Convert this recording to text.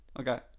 Okay